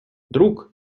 друг